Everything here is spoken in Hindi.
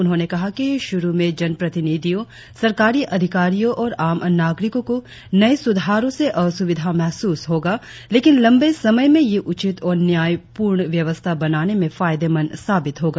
उन्होंने कहा कि शुरु में जनप्रतिनिधियों सरकारी अधिकारियों और आम नागरिकों को नए सुधारों से असुविधा महसूस होगा लेकिन लंबे समय में यह उचित और न्यायपूर्ण व्यवस्था बनाने में फायदेमंद साबित होगा